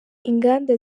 inganda